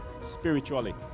spiritually